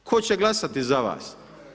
Tko će glasati za vas?